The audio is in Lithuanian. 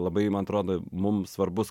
labai man atrodo mum svarbus